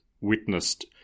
witnessed